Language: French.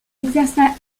exerça